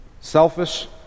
selfish